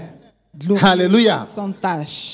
Hallelujah